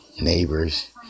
neighbors